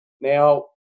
Now